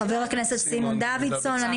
חבר הכנסת סימון דוידסון,